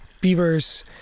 beavers